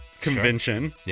convention